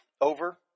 over